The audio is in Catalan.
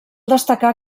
destacar